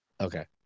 Okay